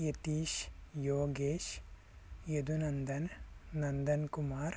Yathish Yogesh Yadunandan Nandan Kumar